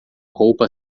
roupa